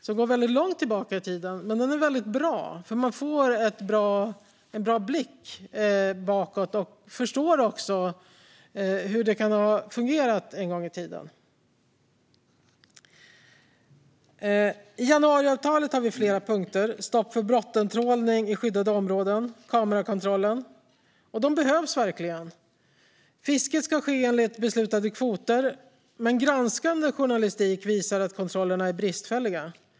Den går långt tillbaka i tiden men är väldigt bra, för man får en god blick bakåt och förstår hur det fungerade en gång i tiden. I januariavtalet har vi flera punkter: stopp för bottentrålning i skyddade områden och kamerakontroll. Det behövs verkligen. Fisket ska ske enligt beslutade kvoter, men granskande journalistik visar att kontrollerna är bristfälliga.